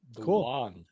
Cool